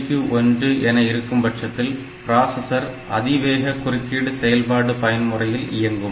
FIQ ஒன்று FIQ1 என இருக்கும்பட்சத்தில் பிராசஸர் அதிவேக குறுக்கீடு செயல்பாடு பயன்முறையில் இயங்கும்